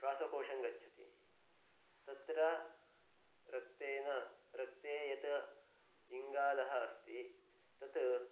श्वासकोशं गच्छति तत्र रक्तेन रक्ते यत् इङ्गालः अस्ति तत्